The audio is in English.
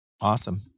Awesome